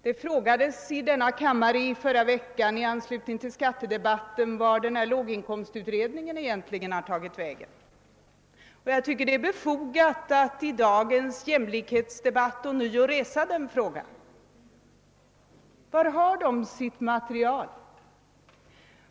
Det frågades i denna kammare i förra veckan i anslutning till skattedebatten vart låginkomstutredningen egentligen hade tagit vägen. Jag tycker det är befogat alt i dagens jämlikhetsdebatt ånyo resa den frågan. Var har utredningen sitt material?